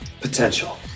Potential